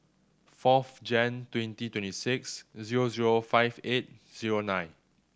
fourth Jan twenty twenty six zero zero five eight zero nine